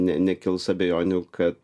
ne nekils abejonių kad